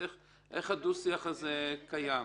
איך דוח-השיח הזה קיים?